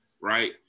right